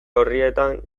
orrietan